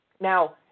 Now